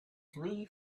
three